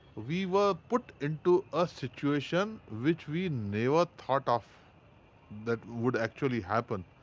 we were put into a situation which we never thought of that would actually happen.